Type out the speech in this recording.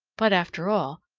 but after all,